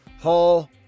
hall